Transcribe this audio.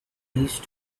these